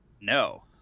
No